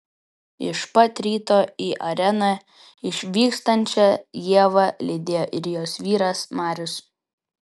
iš pat ryto į areną išvykstančią ievą lydėjo ir jos vyras marius